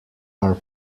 are